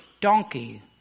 donkey